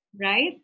Right